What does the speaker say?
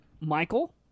Michael